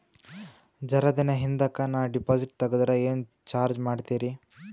ಜರ ದಿನ ಹಿಂದಕ ನಾ ಡಿಪಾಜಿಟ್ ತಗದ್ರ ಏನ ಚಾರ್ಜ ಮಾಡ್ತೀರಿ?